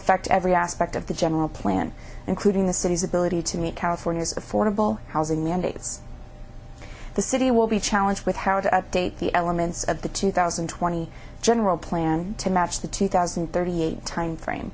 fact every aspect of the general plan including the city's ability to meet californias affordable housing mandates the city will be challenged with how to update the elements of the two thousand and twenty general plan to match the two thousand and thirty eight timeframe